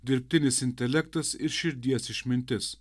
dirbtinis intelektas ir širdies išmintis